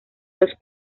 los